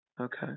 Okay